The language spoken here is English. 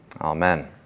Amen